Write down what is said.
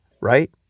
right